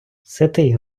ситий